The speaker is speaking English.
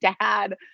dad